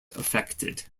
affected